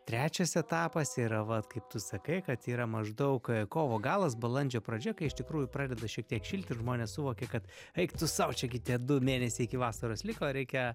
trečias etapas yra vat kaip tu sakai kad yra maždaug kovo galas balandžio pradžia kai iš tikrųjų pradeda šiek tiek šilti žmonės ir suvokia kad eik tu sau čia gi tie du mėnesiai iki vasaros liko reikia